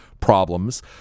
problems